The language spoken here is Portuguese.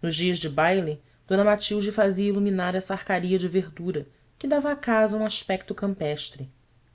nos dias de baile d matilde fazia iluminar essa arcaria de verdura que dava à casa um aspecto campestre